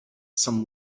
some